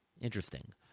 Interesting